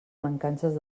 mancances